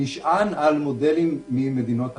זה נשען על מודלים ממדינות אחרות,